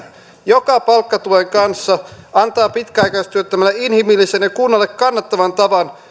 joka palkkatuen kanssa antaa pitkäaikaistyöttömälle inhimillisen ja kunnalle kannattavan tavan